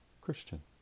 Christian